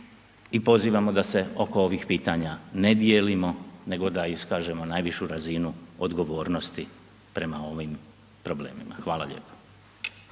i pozivamo da se oko ovih pitanja ne dijelimo nego da iskažemo najvišu razinu odgovornosti prema ovim problemima. Hvala lijepo.